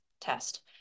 test